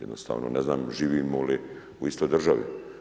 Jednostavno ne znam živimo li u istoj državi?